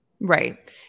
Right